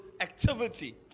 activity